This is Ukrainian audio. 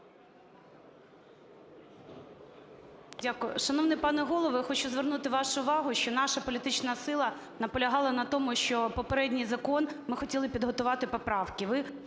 Дякую. Шановний пане Голово, я хочу звернути вашу вагу, що наша політична сила наполягала на тому, що попередній закон, ми хотіли підготувати поправки,